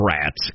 rats